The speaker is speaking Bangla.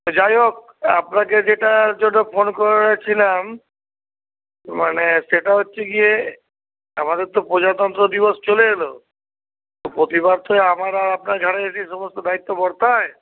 যাই হোক আপনাকে যেটার জন্য ফোন করেছিলাম মানে সেটা হচ্ছে গিয়ে আমাদের তো প্রজাতন্ত্র দিবস চলে এলো তো প্রতিবার তো আমার আর আপনার ঘাড়ে এসেই সমস্ত দায়িত্ব বর্তায়